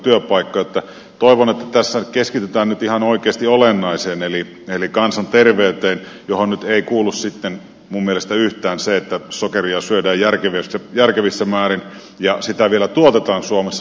toivon että tässä keskitytään nyt ihan oikeasti olennaiseen eli kansanterveyteen johon nyt ei kuulu minun mielestäni yhtään se että sokeria syödään järkevissä määrin ja sitä vielä tuotetaan suomessa